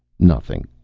nothing,